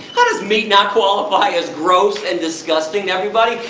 how does meat not qualify as gross and disgusting to everybody?